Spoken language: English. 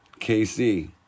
KC